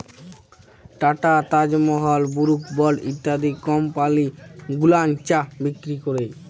tata, Taj Mahal, Brooke Bond ইত্যাদি company গুলান চা বিক্রি ক্যরে